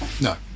no